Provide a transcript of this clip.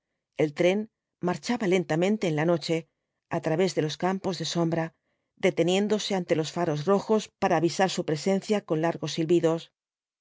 el tren marchaba lentamente en la noche á través de los campos de sombra deteniéndose ante los faros rojos para avisar su presencia con largos silbidos